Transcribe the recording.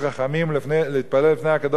להתפלל לפני הקדוש-ברוך-הוא,